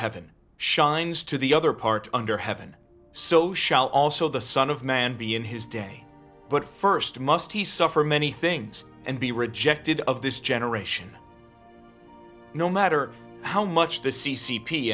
heaven shines to the other part under heaven so shall also the son of man be in his day but first must he suffered many things and be rejected of this generation no matter how much the c c p